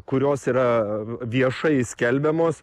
kurios yra viešai skelbiamos